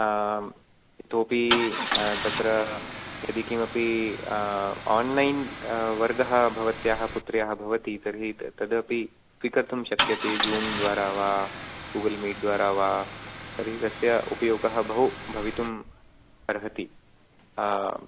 इतोपि तत्र यदि किमपी आन्लैन् वर्गः भवत्याः पुत्र्याः भवति तर्हि तदपि स्वीकर्तुं शक्यते ज़ूम् द्वारा वा गूगल् मीट् द्वारा वा तर्हि तस्य उपयोगः बहु भवितुं अर्हति